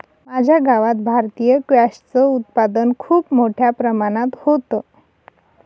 माझ्या गावात भारतीय स्क्वॅश च उत्पादन खूप मोठ्या प्रमाणात होतं